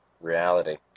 reality